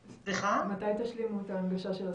מתי תשלימו את ההנגשה של הסרטים?